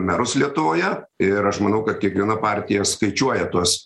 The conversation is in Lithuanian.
merus lietuvoje ir aš manau kad kiekviena partija skaičiuoja tuos